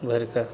भरिके